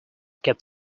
kept